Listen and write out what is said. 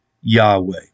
Yahweh